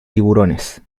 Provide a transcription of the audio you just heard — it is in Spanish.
tiburones